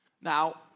Now